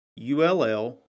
ULL